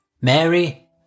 Mary